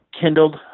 kindled